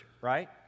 right